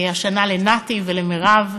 השנה לנתי ולמירב.